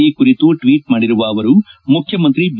ಈ ಕುರಿತು ಟ್ನೀಟ್ ಮಾಡಿರುವ ಅವರು ಮುಖ್ಯಮಂತ್ರಿ ಬಿ